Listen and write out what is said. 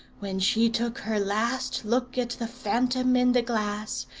when she took her last look at the phantom in the glass,